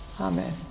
Amen